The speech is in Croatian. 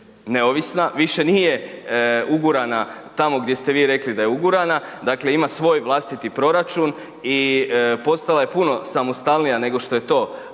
neovisna, više nije ugurana tamo gdje ste vi rekli da je ugurana, dakle ima svoj vlastiti proračun i postala je puno samostalnija nego što je to